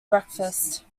breakfast